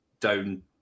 down